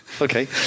Okay